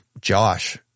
Josh